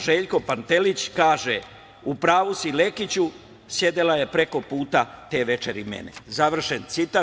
Željko Pantelić kaže: „U pravu si Lekiću, sedela je preko puta mene te večeri“, završen citat.